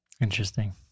interesting